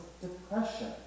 depression